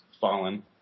fallen